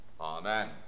Amen